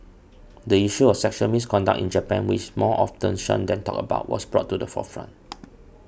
the issue of sexual misconduct in Japan which is more often shunned than talked about was brought to the forefront